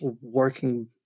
working